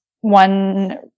one